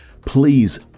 please